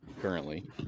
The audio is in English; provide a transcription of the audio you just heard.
currently